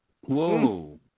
Whoa